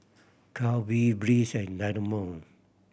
Calbee Breeze and Dynamo